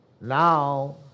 Now